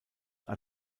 are